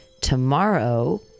tomorrow